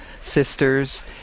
sisters